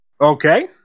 Okay